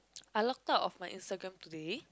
I logged out of my Instagram today